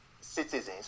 citizens